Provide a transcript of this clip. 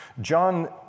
John